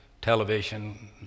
television